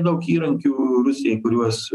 daug įrankių rusijai kuriuos